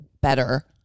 better